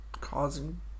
Causing